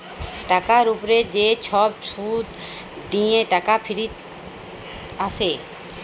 টাকার উপ্রে যে ছব সুদ দিঁয়ে টাকা ফিরত আসে